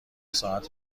ساعت